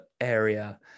area